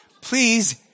please